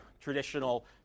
traditional